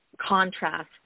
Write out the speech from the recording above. contrast